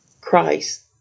Christ